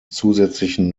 zusätzlichen